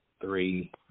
three